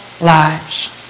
lives